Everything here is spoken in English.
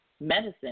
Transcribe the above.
medicine